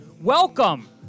Welcome